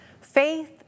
Faith